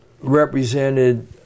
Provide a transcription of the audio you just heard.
represented